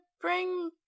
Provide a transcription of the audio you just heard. bring